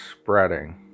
spreading